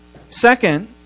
Second